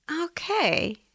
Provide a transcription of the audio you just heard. Okay